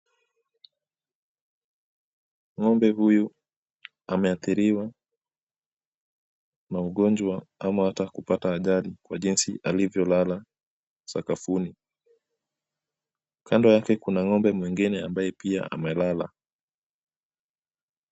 Ng'ombe huyu ameathiriwa na ugonjwa ama hata kupata ajali kwa jinsi alivyolala sakafuni, kando yake kuna ng'ombe mwingine ambaye pia amelala.